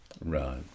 Right